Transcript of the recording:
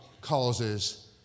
causes